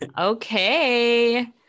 Okay